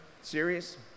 series